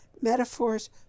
Metaphors